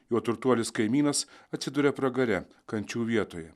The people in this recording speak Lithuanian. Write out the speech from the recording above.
jo turtuolis kaimynas atsiduria pragare kančių vietoje